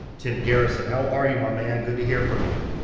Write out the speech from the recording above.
tim garrison, how are you, my man? good to hear from you.